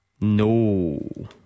No